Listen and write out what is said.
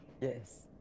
Yes